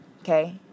Okay